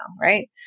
right